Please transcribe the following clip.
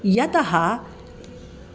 यतः